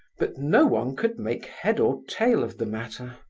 but no one could make head or tail of the matter.